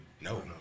No